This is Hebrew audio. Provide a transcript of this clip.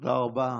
תודה רבה.